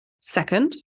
Second